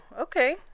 okay